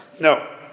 No